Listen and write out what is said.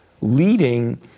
leading